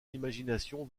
imagination